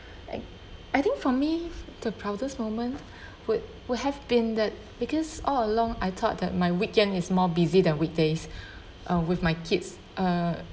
I think for me the proudest moment would would have been that because all along I thought that my weekend is more busy than weekdays uh with my kids uh